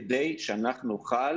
כדי שאנחנו נוכל